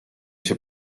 się